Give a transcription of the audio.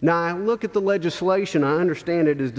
now i look at the legislation i understand it is